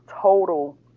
total